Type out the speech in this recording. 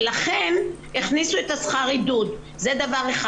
זה דבר אחד.